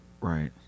Right